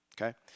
Okay